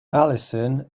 allison